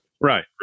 right